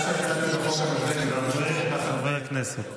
חברי הכנסת,